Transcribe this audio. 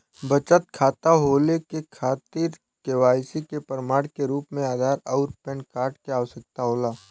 बचत खाता खोले के खातिर केवाइसी के प्रमाण के रूप में आधार आउर पैन कार्ड के आवश्यकता होला